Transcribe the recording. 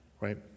right